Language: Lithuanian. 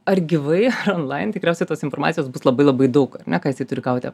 ar gyvai ar online tikriausiai tos informacijos bus labai labai daug ar ne ką jisai turi gauti